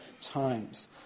times